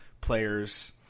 players